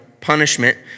punishment